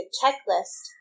checklist